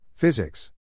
Physics